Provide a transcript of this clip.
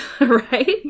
right